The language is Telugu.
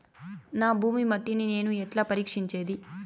నా భూమి మట్టిని నేను ఎట్లా పరీక్షించేది?